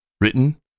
Written